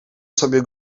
sobie